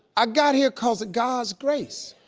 i got here cause of god's grace.